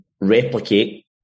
replicate